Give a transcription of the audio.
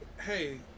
hey